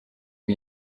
ngo